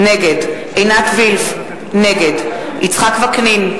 נגד עינת וילף, נגד יצחק וקנין,